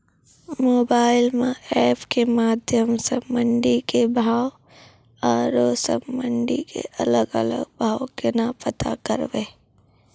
Mobile म app के माध्यम सऽ मंडी के भाव औरो सब मंडी के अलग अलग भाव केना पता करबै?